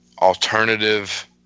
Alternative